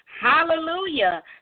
Hallelujah